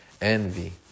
envy